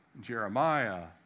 Jeremiah